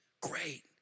Great